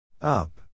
Up